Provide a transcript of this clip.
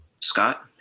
Scott